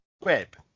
web